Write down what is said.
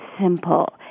simple